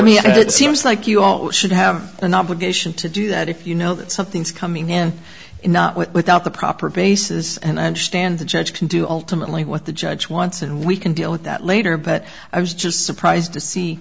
crimea it seems like you all should have an obligation to do that if you know that something's coming in without the proper basis and i understand the judge can do ultimately what the judge wants and we can deal with that later but i was just surprised to see